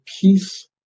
peace